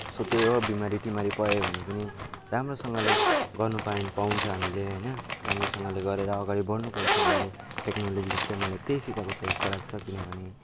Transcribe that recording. so त्यही हो बिमारीतिमारी पर्यो भने पनि राम्रोसँगले गर्नु पायो पाउँछ हामीले होइन राम्रोसँगले गरेर अगाडि बढ्नु पाउँछ हामीले टेक्नोलोजी चाहिँ मलाई त्यही सिकाएको छ जस्तो लाग्छ किनभने